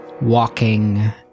walking